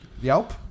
Yelp